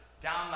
down